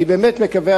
אני מקווה,